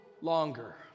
longer